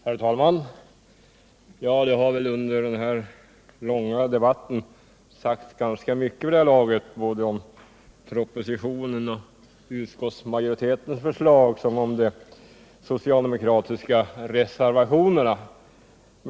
Herr talman! Under denna långa debatt har vid det här laget sagts ganska mycket om såväl propositionen och utskottsmajoritetens förslag som de socialdemokratiska reservationerna.